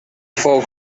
fou